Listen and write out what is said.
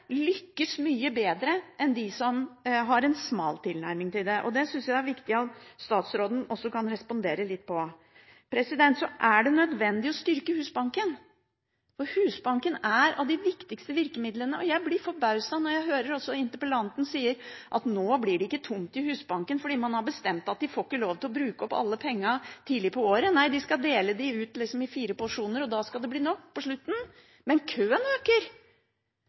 lykkes mye bedre enn de som har en smal tilnærming til det, og det synes jeg det er viktig at statsråden også kan respondere litt på. Så er det nødvendig å styrke Husbanken, for Husbanken er av de viktigste virkemidlene. Jeg blir forbauset når jeg hører også interpellanten si at nå blir det ikke tomt i Husbanken, fordi man har bestemt at de får ikke lov til å bruke opp alle pengene tidlig på året – de skal dele dem ut i fire porsjoner, og da skal det bli nok på slutten. Men køen øker